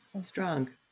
strong